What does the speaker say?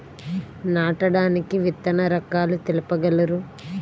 నాటడానికి విత్తన రకాలు తెలుపగలరు?